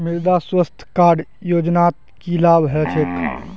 मृदा स्वास्थ्य कार्ड योजनात की लाभ ह छेक